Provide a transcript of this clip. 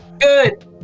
Good